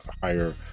higher